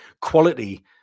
quality